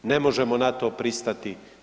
Ne možemo na to pristati.